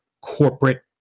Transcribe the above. corporate